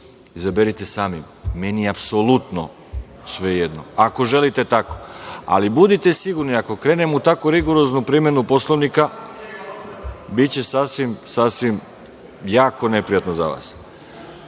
izaberite sami, meni je apsolutno svejedno, ako želite tako. Ali, budite sigurni ako krenemo u tako rigoroznu primenu Poslovnika, biće sasvim, sasvim jako neprijatno za vas. Reč